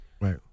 Right